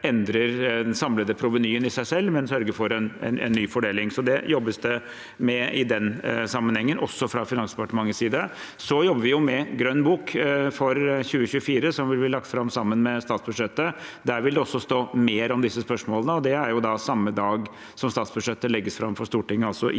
endrer det samlede provenyet i seg selv, men sørger for en ny fordeling. Det jobbes det med i den sammenhengen, også fra Finansdepartementets side. Vi jobber også med grønn bok for 2024, som vil bli lagt fram sammen med statsbudsjettet. Der vil det også stå mer om disse spørsmålene, og det er da samme dag som statsbudsjettet legges fram for Stortinget,